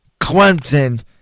Clemson